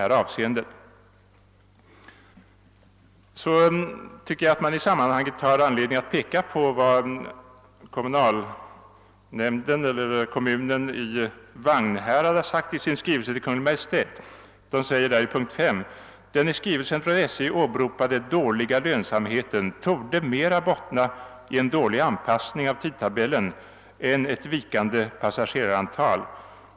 Jag tycker att man i sammanhanget har anledning att peka på vad Vagnhärads kommun har anfört i sin skrivelse till Kungl. Maj:t. I punkt 5 i skrivelsen sägs: »Den i skrivelsen från SJ åberopade dåliga lönsamheten torde mera bottna i en dålig anpassning av tidtabellen än ett vikande passageraranta!